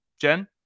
Jen